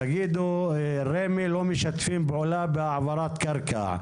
תגידו שרמ"י לא משתפים פעולה בהעברת קרקע,